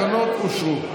תקנות סמכויות